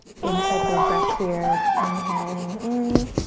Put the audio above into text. big cycle of breath here. inhaling in.